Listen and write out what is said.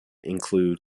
include